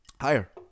Higher